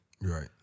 Right